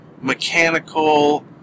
mechanical